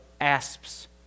asps